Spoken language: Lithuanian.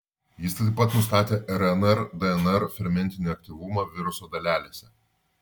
jis taip pat nustatė rnr dnr fermentinį aktyvumą viruso dalelėse